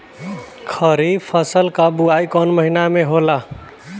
खरीफ फसल क बुवाई कौन महीना में होला?